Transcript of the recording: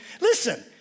Listen